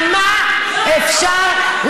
טוב, רגע, חברים, חברים.